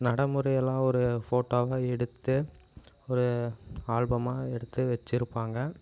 நடமுறையெல்லாம் ஒரு ஃபோட்டோவா எடுத்து ஒரு ஆல்பமா எடுத்து வச்சுருப்பாங்க